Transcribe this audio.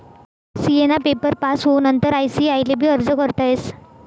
CA ना paper pass होवानंतर ICAI ले भी अर्ज करता येस